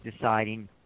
deciding